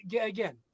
again